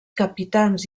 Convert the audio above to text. capitans